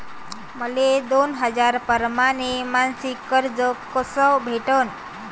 मले दोन हजार परमाने मासिक कर्ज कस भेटन?